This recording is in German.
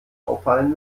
auffallen